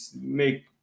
make